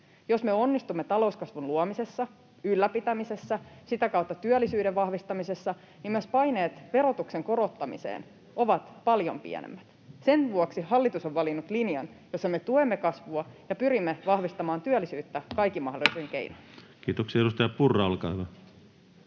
Jos me onnistumme talouskasvun luomisessa, ylläpitämisessä, sitä kautta työllisyyden vahvistamisessa, niin myös paineet verotuksen korottamiseen ovat paljon pienemmät. Sen vuoksi hallitus on valinnut linjan, jossa me tuemme kasvua ja pyrimme vahvistamaan työllisyyttä kaikin mahdollisin keinoin. [Speech 78] Speaker: